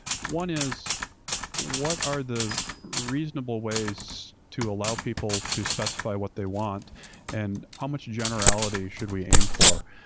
one is what are the reasonable ways to allow people to specify what they want and how much generality should we aim for?